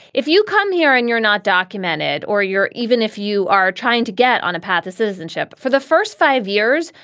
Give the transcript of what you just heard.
if you come here and you're not documented or you're even if you are trying to get on a path to citizenship for the first five years,